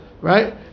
right